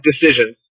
decisions